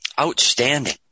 outstanding